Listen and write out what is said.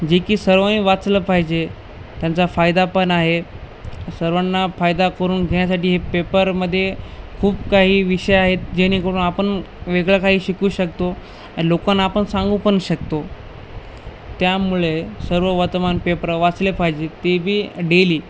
जे की सर्वनी वाचलं पाहिजे त्यांचा फायदापण आहे सर्वांना फायदा करून घेण्यासाठी हे पेपरमध्ये खूप काही विषय आहेत जेणेकरून आपण वेगळं काही शिकू शकतो लोकांना आपण सांगू पण शकतो त्यामुळे सर्व वर्तमान पेपरं वाचले पाहिजे ते बी डेली